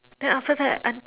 then after that I